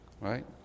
right